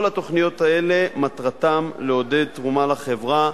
כל התוכניות האלה, מטרתן לעודד תרומה לחברה,